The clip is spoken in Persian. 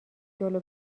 جلو